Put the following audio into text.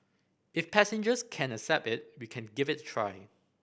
if passengers can accept it we can give it a try